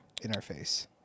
interface